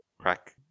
Crack